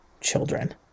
children